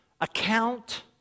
account